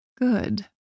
Good